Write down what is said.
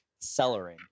cellaring